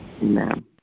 Amen